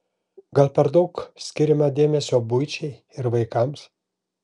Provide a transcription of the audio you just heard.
gal per daug skiriama dėmesio buičiai ir vaikams